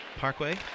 Parkway